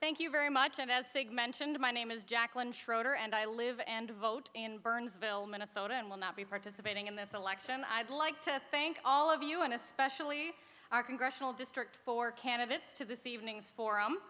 thank you very much and as sig mentioned my name is jacqueline schroeder and i live and vote in burnsville minnesota and will not be participating in this election i'd like to thank all of you and especially our congressional district for candidates to this evening's forum